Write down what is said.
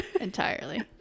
entirely